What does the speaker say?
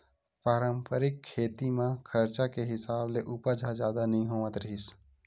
पारंपरिक खेती म खरचा के हिसाब ले उपज ह जादा नइ होवत रिहिस